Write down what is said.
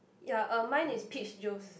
ya um mine is peach juice